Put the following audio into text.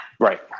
Right